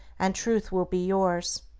and truth will be yours.